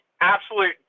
absolute